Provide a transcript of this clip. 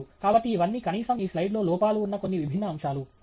కాబట్టి ఇవన్నీ కనీసం ఈ స్లైడ్లో లోపాలు ఉన్న కొన్ని విభిన్న అంశాలు